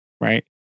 right